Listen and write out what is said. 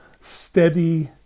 steady